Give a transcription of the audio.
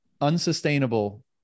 unsustainable